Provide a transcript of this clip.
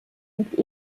liegt